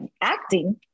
acting